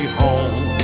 home